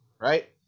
Right